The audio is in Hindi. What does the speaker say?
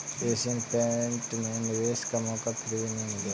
एशियन पेंट में निवेश का मौका फिर नही मिलेगा